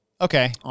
Okay